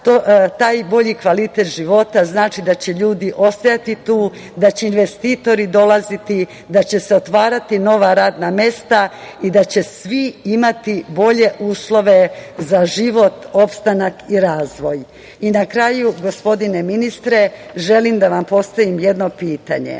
Taj bolji kvalitet života znači da će ljudi ostajati tu, da će investitori dolaziti, da će se otvarati nova radna mesta i da će svi imati bolje uslove za život, opstanak i razvoj. Na kraju, gospodine ministre, želim da vam postavim jedno pitanje.